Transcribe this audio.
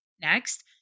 Next